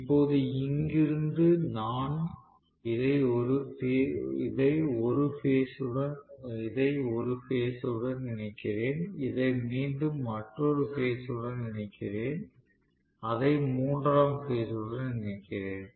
இப்போது இங்கிருந்து நான் இதை ஒரு பேஸ் உடன் இணைக்கிறேன் இதை மீண்டும் மற்றொரு பேஸ் உடன் இணைக்கிறேன் அதை மூன்றாம் பேஸ் உடன் இணைக்கிறேன்